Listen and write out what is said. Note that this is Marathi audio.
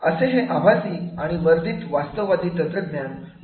असे हे आभासी आणि वर्धित वास्तववादी तंत्रज्ञान विकासाच्या सीमेवर आहेत